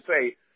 say